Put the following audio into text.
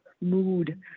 mood